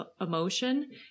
emotion